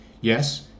yes